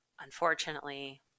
unfortunately